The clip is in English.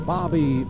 Bobby